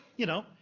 you know,